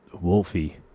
Wolfie